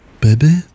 baby